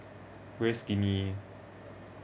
very skinny